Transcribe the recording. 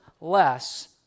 less